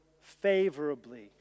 favorably